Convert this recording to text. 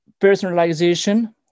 personalization